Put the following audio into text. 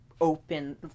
open